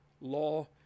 law